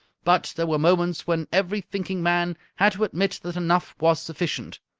but there were moments when every thinking man had to admit that enough was sufficient,